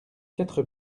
quatre